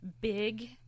Big